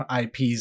IPs